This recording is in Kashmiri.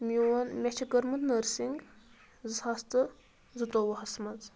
میون مےٚ چھِ کٔرمٕژ نٔرسِنٛگ زٕساس تہٕ زٕتوٚوُہَس منٛز